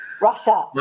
Russia